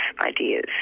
ideas